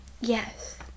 Yes